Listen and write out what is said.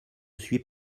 suis